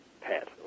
pet